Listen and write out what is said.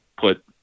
put